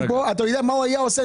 אתה יודע מה הוא היה עושה?